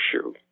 issue